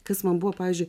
kas man buvo pavyzdžiui